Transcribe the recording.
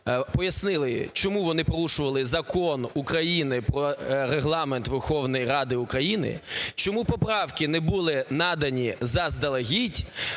пояснили, чому вони порушували Закон України "Про Регламент Верховної Ради України", чому поправки не були надані заздалегідь,